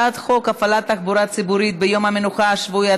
הצעת חוק הפעלת תחבורה ציבורית ביום המנוחה השבועי,